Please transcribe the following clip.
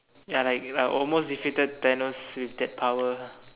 ya like I almost defeated Thanos with that power ah